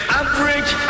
average